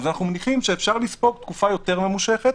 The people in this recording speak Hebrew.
אנחנו מניחים שאפשר לספוג תקופה יותר ממושכת,